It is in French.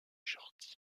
jordi